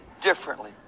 differently